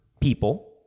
people